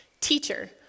teacher